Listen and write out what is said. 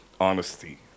honesty